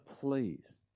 please